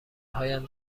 هایم